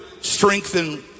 strengthen